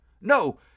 No